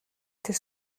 тэр